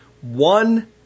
one